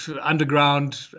underground